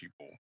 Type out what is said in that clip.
people